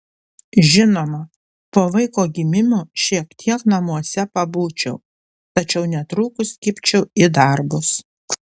žinoma po vaiko gimimo šiek tiek namuose pabūčiau tačiau netrukus kibčiau į darbus